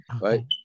right